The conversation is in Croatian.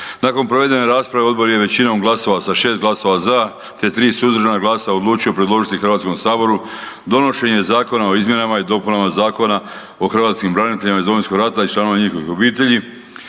Nakon provedene rasprave odbor je većinom glasova sa šest glasova za te tri suzdržana glasa odlučio predložiti HS-u donošenje Zakona o izmjenama i dopunama Zakona o hrvatskim braniteljima iz Domovinskog rata i članovima njihovih obitelji